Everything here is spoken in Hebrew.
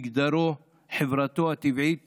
מגדרו, חברתו הטבעית